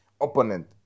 opponent